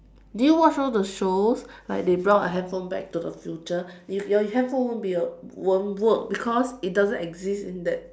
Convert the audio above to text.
did you watch all the shows like they brought a handphone back to the future you your handphone won't be a won't work because it doesn't exist in that